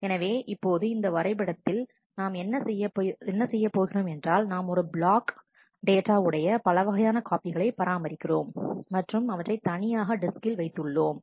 எனவே இப்போது இந்த வரைபடத்தில் நாம் என்ன செய்யப்போகிறோம் என்றால் நாம் ஒரு பிளாக் டேட்டா உடைய பலவகையான காப்பிகளை பராமரிக்கிறோம் மற்றும் அவற்றை தனியான டிஸ்கில் வைத்து உள்ளோம்